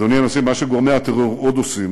אדוני הנשיא, מה שגורמי הטרור עוד עושים